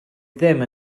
ddim